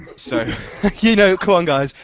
so you know come on guys,